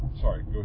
Sorry